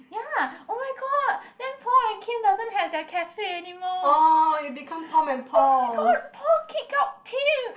ya oh my god then Paul and Kim doesn't have their cafe anymore oh my god Paul kicked out Kim